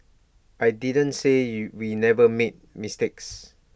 I didn't say you we never make mistakes